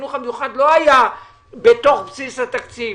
החינוך המיוחד לא היה בתוך בסיס התקציב,